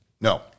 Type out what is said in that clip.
No